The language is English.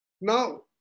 Now